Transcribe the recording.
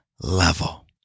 level